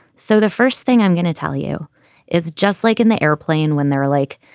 so the first thing i'm going to tell you is just like in the airplane, when they're like,